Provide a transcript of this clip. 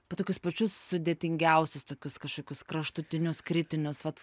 bet tokius pačius sudėtingiausius tokius kažkokius kraštutinius kritinius vat